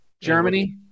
germany